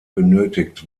benötigt